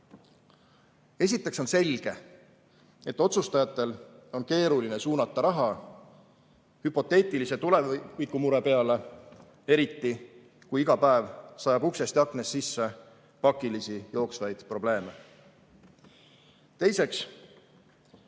Esiteks on selge, et otsustajatel on keeruline suunata raha hüpoteetilise tulevikumure peale, eriti kui iga päev sajab uksest ja aknast sisse pakilisi jooksvaid probleeme. Teiseks,